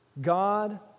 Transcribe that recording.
God